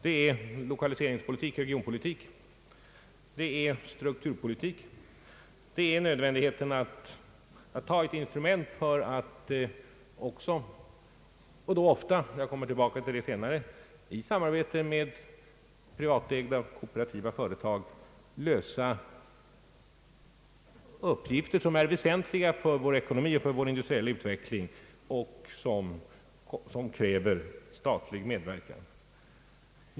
Det är lokaliseringspolitik, regionpolitik, strukturpolitik, nödvändigheten att ha ett instrument för att — jag kommer tillbaka till det senare — ofta i samarbete med privatägda och kooperativa företag lösa uppgifter som är väsentliga för vår ekonomi och vår industriella utveckling och som kräver statlig medverkan.